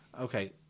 Okay